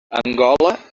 angola